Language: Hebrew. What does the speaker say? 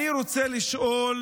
אני רוצה לשאול